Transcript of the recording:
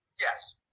Yes